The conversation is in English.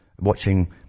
watching